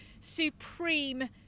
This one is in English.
supreme